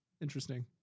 Interesting